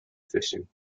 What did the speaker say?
fishing